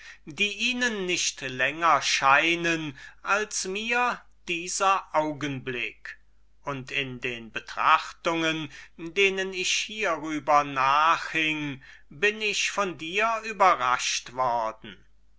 die ihnen nicht länger scheinen als mir dieser augenblick und in den betrachtungen denen ich hierüber nachhing bin ich von dir überraschet worden